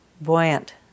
Buoyant